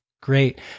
Great